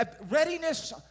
Readiness